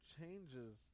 changes